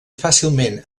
fàcilment